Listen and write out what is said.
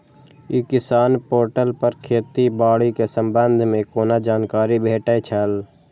ई किसान पोर्टल पर खेती बाड़ी के संबंध में कोना जानकारी भेटय छल?